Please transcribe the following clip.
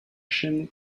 chaîne